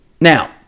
now